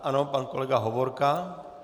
Ano, pan kolega Hovorka.